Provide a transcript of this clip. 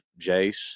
Jace